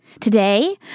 Today